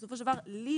בסופו של דבר לי,